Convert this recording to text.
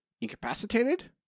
incapacitated